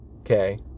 okay